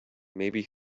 maybe